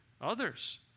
others